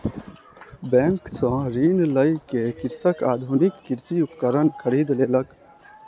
bank सॅ ऋण लय के कृषक आधुनिक कृषि उपकरण खरीद लेलक